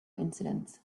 incidents